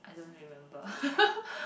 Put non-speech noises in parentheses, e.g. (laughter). I don't remember (laughs)